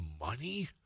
money